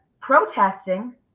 protesting